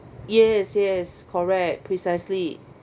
yes yes correct precisely